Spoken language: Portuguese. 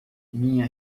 minha